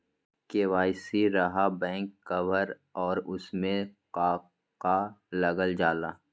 KYC रहा back cover और उसमें का का लागल जाला?